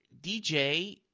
DJ